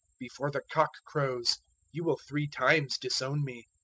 before the cock crows you will three times disown me.